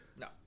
No